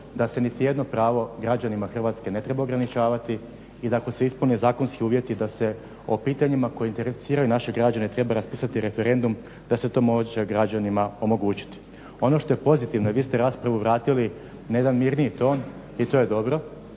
da se niti jedno pravo građanima Hrvatske ne treba ograničavati i da ako se ispune zakonski uvjeti da se o pitanjima koja interesiraju naše građane treba raspisati referendum da se to može građanima omogućiti. Ono što je pozitivno i vi ste raspravu vratili na jedan mirniji ton i to je dobro,